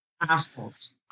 Assholes